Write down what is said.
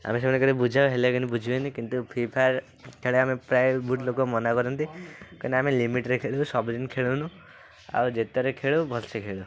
ଆମେ ସେମାନଙ୍କୁ ବୁଝାଉ ହେଲେ କିନ୍ତୁ ବୁଝିବେନି କିନ୍ତୁ ଫ୍ରି ଫାୟାର୍ ଖେଳ ଆମ ପ୍ରାୟ ବହୁତ ଲୋକ ମନା କରନ୍ତି କାଇଁକିନା ଆମେ ଲିମିଟ୍ରେ ଖେଳୁ ସବୁଦିନ ଖେଳୁନୁ ଆଉ ଯେତେବେଳେ ଖେଳୁ ଭଲ ସେ ଖେଳୁ